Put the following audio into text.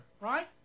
right